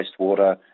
wastewater